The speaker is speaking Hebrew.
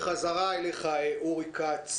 בחזרה אל עו"ד אורי כץ.